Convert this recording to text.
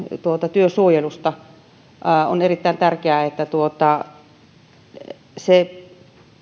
työsuojelusta sanon että on erittäin tärkeää että se